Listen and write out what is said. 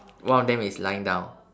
one of them is lying down